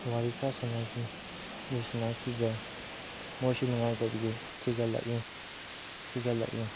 ꯋꯥꯔꯤ ꯈꯔ ꯁꯥꯟꯅꯈꯤ ꯑꯗꯨ ꯁꯥꯟꯅꯈꯤꯕꯗ ꯃꯣꯏꯁꯨ ꯅꯨꯡꯉꯥꯏꯇꯕꯒꯤ ꯊꯤꯒꯠꯂꯛꯏ ꯊꯤꯒꯠꯂꯛꯏ